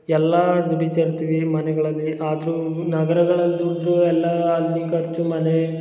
ಎಲ್ಲಾ ದುಡಿತ ಇರ್ತೀವಿ ಮನೆಗಳಲ್ಲಿ ಆದರೂ ನಗರಗಳಲ್ಲಿ ದುಡ್ದು ಎಲ್ಲ ಅಲ್ಲಿ ಖರ್ಚು ಮನೆ